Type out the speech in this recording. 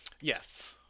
Yes